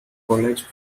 college